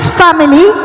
family